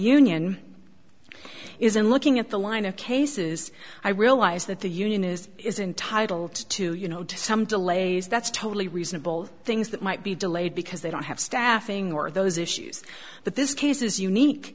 union is in looking at the line of cases i realize that the union is is entitled to you know to some delays that's totally reasonable things that might be delayed because they don't have staffing or those issues but this case is unique